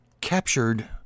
captured